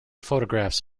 photographs